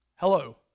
Hello